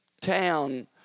town